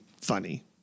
funny